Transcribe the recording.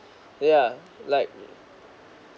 yeah like